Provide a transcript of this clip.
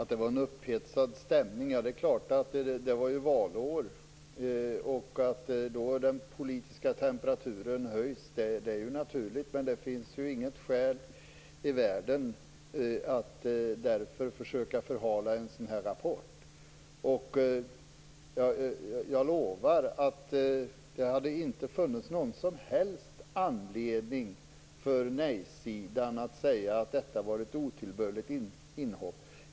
Herr talman! Axel Andersson talar om en upphetsad stämning. Det var ju valår. Då är det naturligt att den politiska temperaturen höjs. Men det finns inget skäl i världen att därför försöka förhala en sådan här rapport. Jag lovar att det inte hade funnits någon som helst anledning för nej-sidan att säga att det var ett otillbörligt innehåll.